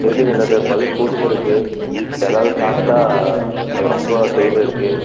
இருக்குங்க டாக்டர் பல் கூச்சம் இருக்கு எதாவது சாப்பிட்டா அது ரொம்ப பெய்ன் இருக்கு